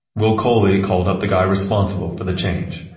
will coley called up the guy responsible for the change.